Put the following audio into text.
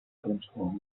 кримського